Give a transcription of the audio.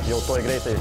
jau greitai